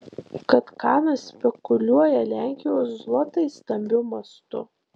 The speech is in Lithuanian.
kad kanas spekuliuoja lenkijos zlotais stambiu mastu